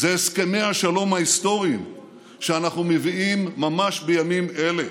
זה הסכמי השלום ההיסטוריים שאנחנו מביאים ממש בימים אלה.